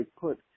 put